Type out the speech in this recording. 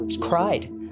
cried